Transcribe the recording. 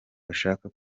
bashaka